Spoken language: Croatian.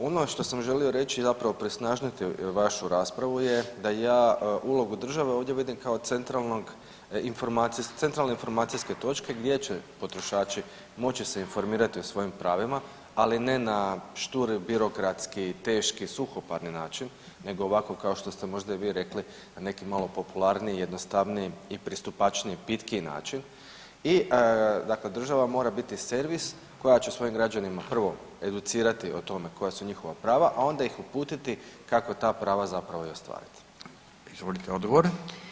Ono što sam želi reći je zapravo presnažiti vašu raspravu je da ja ulogu države ovdje vidim kao centralne informacijske točke gdje će potrošači moći se informirati o svojim pravima, ali ne na šturi birokratski, teški suhoparni način nego ovako kao što ste možda i vi rekli na neki malo popularniji, jednostavniji i pristupačniji pitkiji način i dakle država mora biti servis koja će svojim građanima, prvo educirati o tome koja su njihova prava, a onda ih uputiti kako ta prava zapravo i ostvariti.